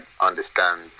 understand